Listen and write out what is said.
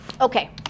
Okay